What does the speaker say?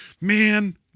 man